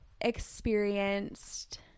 experienced